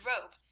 robe